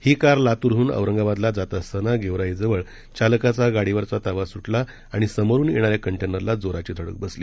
ही car लातूरहून औरंगाबादला जात असताना गेवराईजवळ चालकाचा गाडीवरचा ताबा सुटला आणि समोरून येणाऱ्या कंन्टेनरला जोराची धडक बसली